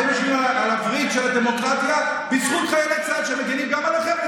אתם יושבים על הווריד של הדמוקרטיה בזכות חיילי צה"ל שמגינים גם עליכם,